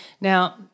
Now